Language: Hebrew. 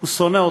הוא שונא אותך.